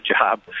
job